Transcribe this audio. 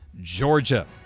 georgia